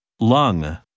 Lung